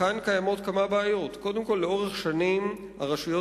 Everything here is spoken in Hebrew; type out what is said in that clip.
כאן קיימות כמה בעיות: לאורך שנים הרשויות